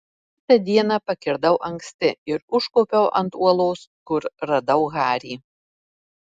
kitą dieną pakirdau anksti ir užkopiau ant uolos kur radau harį